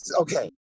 okay